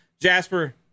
Jasper